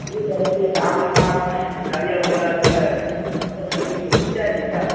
یہ کہہ رہے تھے آپ کے پاس گاڑیاں وغیرہ جو ہے سفر کرنے کے لیے مل جائے گی کیا